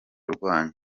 rwanyu